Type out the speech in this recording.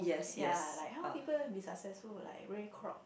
ya like how people be successful like very